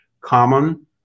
common